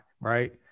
Right